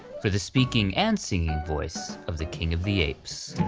for the speaking and singing voice of the king of the apes.